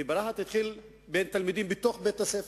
וברהט התחיל ריב בין תלמידים בבית-הספר,